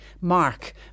Mark